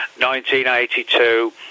1982